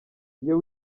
iyo